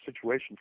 situation